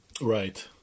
Right